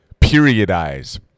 Periodize